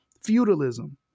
feudalism